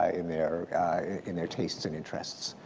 ah in their in their tastes and interests.